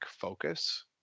focus